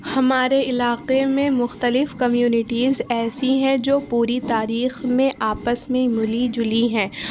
ہمارے علاقے میں مختلف کمیونیٹیز ایسی ہیں جو پوری تاریخ میں آپس میں ملی جلی ہیں